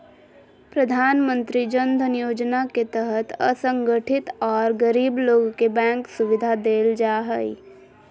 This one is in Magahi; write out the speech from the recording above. प्रधानमंत्री जन धन योजना के तहत असंगठित आर गरीब लोग के बैंक सुविधा देल जा हई